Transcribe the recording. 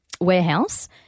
warehouse